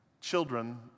children